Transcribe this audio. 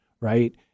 right